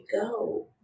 go